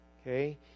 Okay